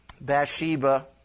Bathsheba